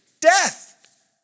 Death